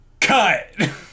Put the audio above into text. cut